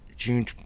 June